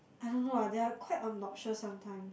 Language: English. I don't know ah they are quite obnoxious sometimes